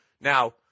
Now